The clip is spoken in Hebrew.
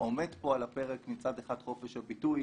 עומד פה על הפרק מצד אחד חופש הביטוי,